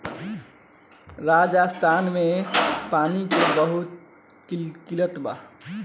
राजस्थान में पानी के बहुत किल्लत बा